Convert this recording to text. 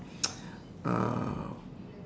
uh